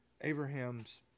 Abraham's